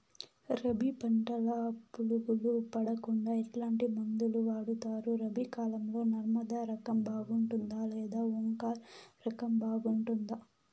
రబి పంటల పులుగులు పడకుండా ఎట్లాంటి మందులు వాడుతారు? రబీ కాలం లో నర్మదా రకం బాగుంటుందా లేదా ఓంకార్ రకం బాగుంటుందా?